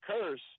curse